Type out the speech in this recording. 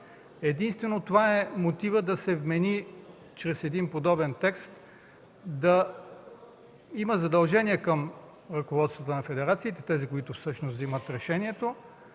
Единствено това е мотивът да се вмени чрез подобен текст да има задължение към ръководствата на федерациите – тези, които всъщност вземат решението,